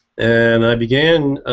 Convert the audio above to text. and i began